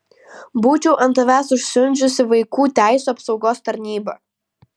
būčiau ant tavęs užsiundžiusi vaikų teisių apsaugos tarnybą